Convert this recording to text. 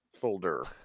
folder